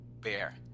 Bear